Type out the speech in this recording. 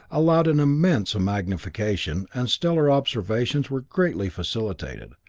allowed an immense magnification, and stellar observations were greatly facilitated,